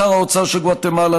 שר האוצר של גואטמלה,